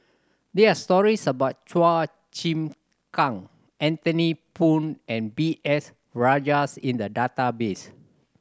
there are stories about Chua Chim Kang Anthony Poon and B S Rajhans in the database